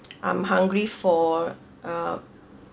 I'm hungry for uh